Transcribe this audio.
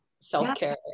self-care